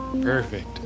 Perfect